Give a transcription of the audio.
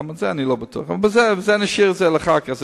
גם בזה אני לא בטוח, אבל את זה נשאיר לאחר כך.